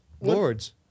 Lords